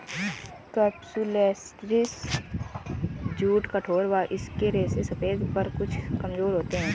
capsularis jute कठोर व इसके रेशे सफेद पर कुछ कमजोर होते हैं